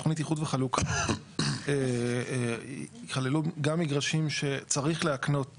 תוכנית איחוד וחלוקה יכללו גם מגרשים שצריך להקנות